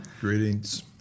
Greetings